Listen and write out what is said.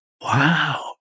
wow